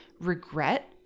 regret